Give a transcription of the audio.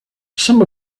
some